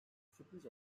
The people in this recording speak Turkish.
sürpriz